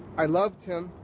i loved him